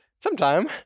Sometime